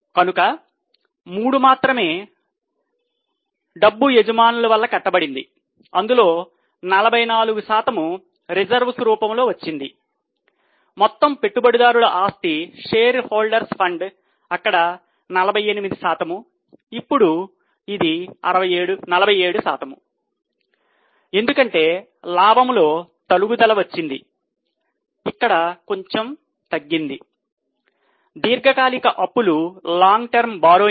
కనుక మూడు మాత్రమే డబ్బు యజమానుల వల్ల కట్టబడింది అందులో 44 శాతం నిల్వలు 33 నుండి 24 కు తగ్గాయి